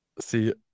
See